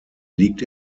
liegt